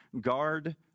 guard